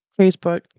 Facebook